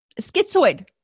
Schizoid